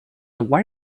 why